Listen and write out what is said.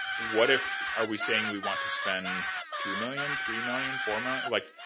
what if, are we saying we want to spend two million, three million, four million, like,